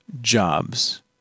jobs